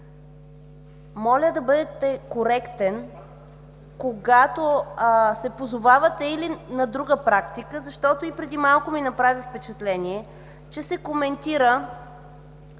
Моля да бъдете коректен, когато се позовавате и на друга практика, защото преди малко ми направи впечатление, че се коментира